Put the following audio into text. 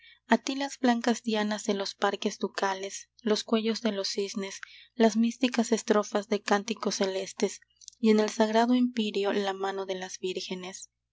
a ti las blancas dianas de los parques ducales los cuellos de los cisnes las místicas estrofas de cánticos celestes y en el sagrado empíreo la mano de las vírgenes